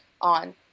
on